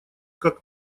как